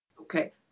Okay